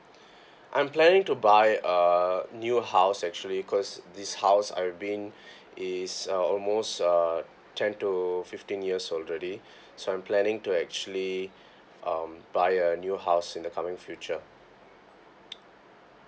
I'm planning to buy a new house actually cause this house are being is uh almost uh ten to fifteen years already so I'm planning to actually um buy a new house in the coming future